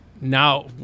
now